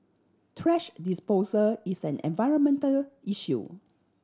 thrash disposal is an environmental issue